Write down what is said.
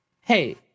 Hey